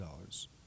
dollars